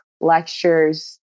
lectures